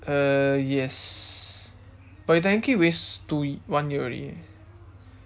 uh yes but we technically waste two y~ one year already eh